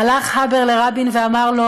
הלך הבר לרבין ואמר לו: